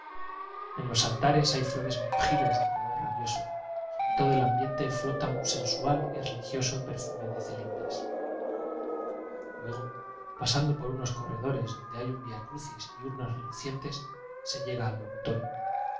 en los altares hay flores monjiles de color rabioso y en todo el ambiente flota un sensual y re ligioso perfume de celindas luego pasando por unos corredores donde hay un vía crucis y urnas relucien tes se llega al locutorio